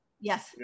yes